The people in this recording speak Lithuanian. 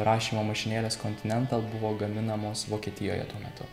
rašymo mašinėlės kontinental buvo gaminamos vokietijoje tuo metu